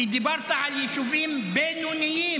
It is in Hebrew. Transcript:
כי דיברת על יישובים בינוניים.